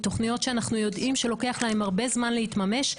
תוכניות שאנחנו יודעים שלוקח להן הרבה זמן להתממש,